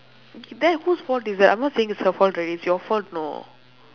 then whose fault is that I'm not saying it's her fault already it's your fault know